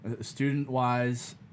Student-wise